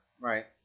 Right